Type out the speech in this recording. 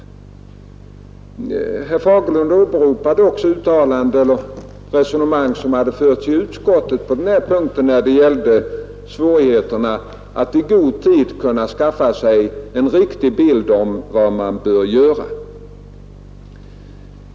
Herr Fagerlund åberopade också uttalanden och resonemang i utskottet beträffande svårigheterna att i god tid kunna skaffa sig en riktig bild av vad man bör göra.